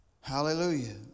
Hallelujah